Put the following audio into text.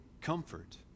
comfort